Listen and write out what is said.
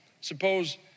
Suppose